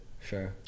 Sure